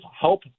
help